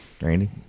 Randy